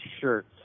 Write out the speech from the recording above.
shirts